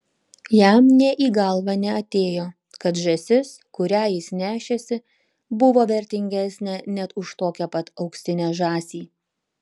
jam nė į galvą neatėjo kad žąsis kurią jis nešėsi buvo vertingesnė net už tokią pat auksinę žąsį